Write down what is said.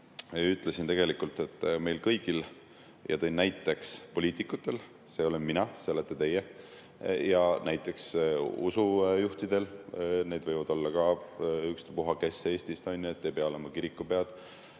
ütlesin tegelikult, et meil kõigil, ja tõin näiteks, et poliitikutel – see olen mina, see olete teie – ja usujuhtidel – need võivad olla ka ükspuha kes Eestist, on ju, ei pea olema kirikupead